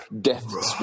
Death